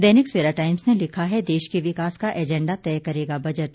दैनिक Savera Times ने लिखा है देश के विकास का एजैंडा तय करेगा बजट